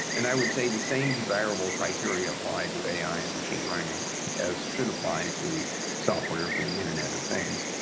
and i would say the same desirable criteria apply to a ai an and machine learning as should apply to software for the internet of things.